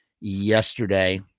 yesterday